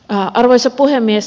arvoisa puhemies